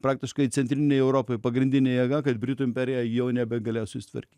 praktiškai centrinei europai pagrindinė jėga kad britų imperija jau nebegalės susitvarkyti